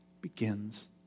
begins